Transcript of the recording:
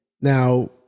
Now